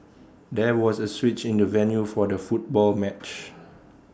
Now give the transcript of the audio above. there was A switch in the venue for the football match